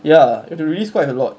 ya the risk quite a lot